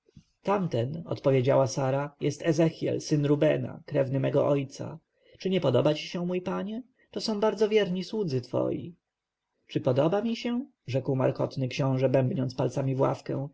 tamten odpowiedziała sara jest ezechjel syn rubena krewny mego ojca czy nie podoba ci się mój panie to są bardzo wierni słudzy twoi czy podoba mi się rzekł markotny książę bębniąc palcami w ławkę